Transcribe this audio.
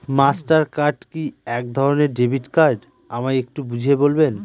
Master card কি একধরণের debit card আমায় একটু বুঝিয়ে বলবেন?